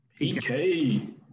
pk